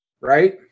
right